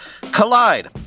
Collide